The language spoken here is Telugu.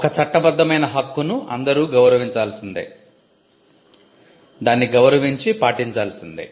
ఒక చట్టబద్ధమైన హక్కును అందరు గౌరవించాల్సిందే దాన్ని గౌరవించి పాటించాల్సిందే